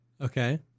Okay